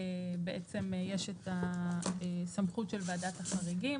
יש את הסמכות של ועדת החריגים,